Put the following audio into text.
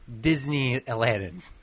Disney-Aladdin